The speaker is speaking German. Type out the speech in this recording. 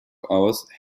aus